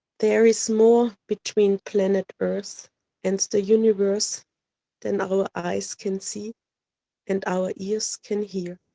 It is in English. there is more between planet earth and the universe than our eyes can see and our ears can hear.